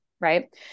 right